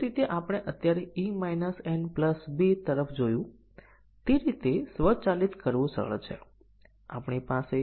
આપણે ટેસ્ટીંગ ના કેસો સુયોજિત કર્યા છે તેને સાચું અને ખોટું સેટ કરો જ્યારે આ હોલ્ડિંગ રાખો સાચી અને ખોટી કિંમત